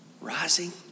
rising